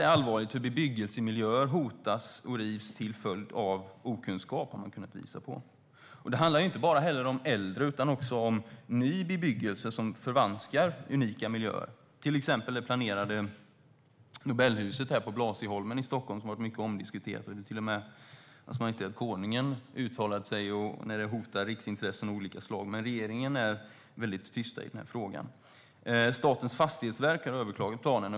Man har kunnat visa på att bebyggelsemiljöer hotas och rivs på grund av okunskap. Det handlar inte bara om äldre miljöer utan också om ny bebyggelse som förvanskar unika miljöer. Till exempel har det planerade Nobelhuset på Blasieholmen här i Stockholm varit mycket omdiskuterat. Till och med Hans majestät Konungen uttalade sig, och det hotar riksintressen av olika slag. Men reger-ingen är väldigt tyst i den frågan. Statens fastighetsverk har överklagat planerna.